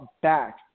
back